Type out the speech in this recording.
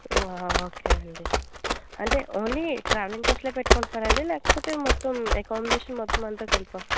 okay అండి అంటే only travelling ఖర్చులు పెట్టుకుంటున్నారా అండి లేకపోతే మొత్తం అకౌమిడేషన్ మొత్తం అంతా కలిపి